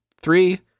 three